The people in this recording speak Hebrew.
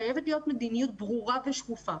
חייבת להיות מדיניות ברורה ושקופה.